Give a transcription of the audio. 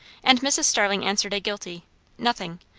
and mrs. starling answered a guilty nothing,